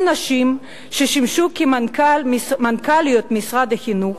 נשים ששימשו כמנכ"ליות משרד החינוך,